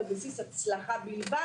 בהמשך למה שארגוני הנכים חושבים,